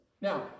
Now